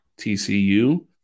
TCU